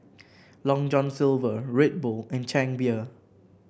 Long John Silver Red Bull and Chang Beer